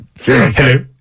hello